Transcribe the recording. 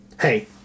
hey